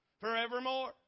forevermore